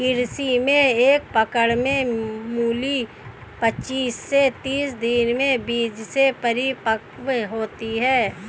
कृषि में एक पकड़ में मूली पचीस से तीस दिनों में बीज से परिपक्व होती है